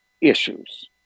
issues